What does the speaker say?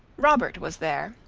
robert was there,